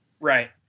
Right